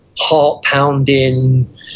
heart-pounding